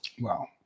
Wow